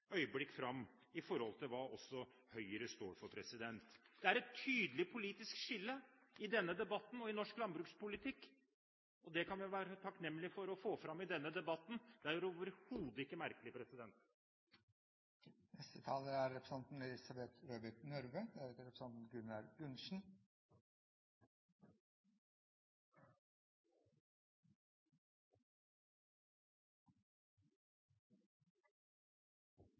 fram i forhold til hva også Høyre står for. Det er et tydelig politisk skille i denne debatten og i norsk landbrukspolitikk, og det kan vi være takknemlig for å få fram i denne debatten. Det er overhodet ikke merkelig.